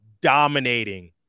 dominating